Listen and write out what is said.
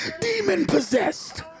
demon-possessed